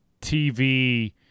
TV